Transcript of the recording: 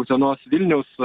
utenos vilniaus